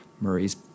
Murray's